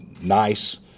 nice